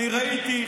אני ראיתי,